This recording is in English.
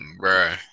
bro